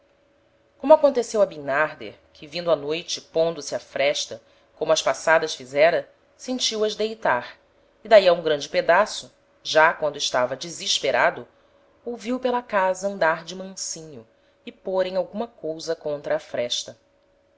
como aconteceu a bimnarder que vindo a noite pondo-se á fresta como as passadas fizera sentiu as deitar e d'ahi a um grande pedaço já quando estava desesperado ouviu pela casa andar de mansinho e pôrem alguma cousa contra a fresta